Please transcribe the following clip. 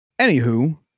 anywho